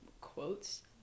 quotes